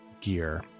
gear